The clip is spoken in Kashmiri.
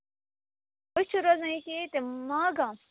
أسۍ چھِ روزان ییٚکیاہ ییٚتہِ ماگام